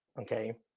okay